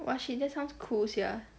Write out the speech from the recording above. !!wah!! shit that sounds cool sia